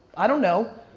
i don't know.